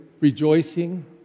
rejoicing